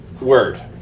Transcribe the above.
word